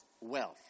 wealth